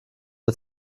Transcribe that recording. der